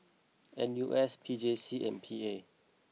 N U S P J C and P A